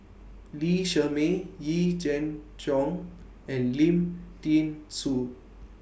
Lee Shermay Yee Jenn Jong and Lim Thean Soo